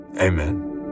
amen